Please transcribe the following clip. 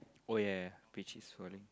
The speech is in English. oh ya ya peach is falling